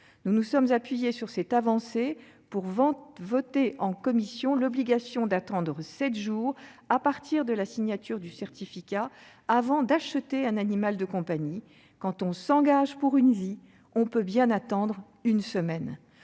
Nous nous sommes appuyés sur cette avancée pour voter en commission l'obligation d'attendre sept jours à partir de la signature du certificat avant d'acheter un animal de compagnie. Quand on s'engage pour une vie, on peut bien attendre une semaine.